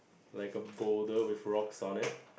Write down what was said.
like a boulder with rocks on it